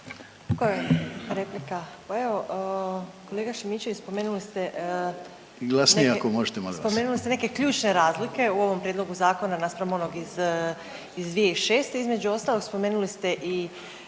ako možete molim vas./… spomenuli ste neke ključne razlike u ovom prijedlogu zakona naspram onog iz 2006., između ostalog spomenuli ste i